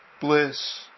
bliss